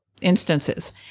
instances